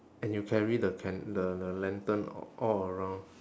and you carry the can~ the the lantern a~ all around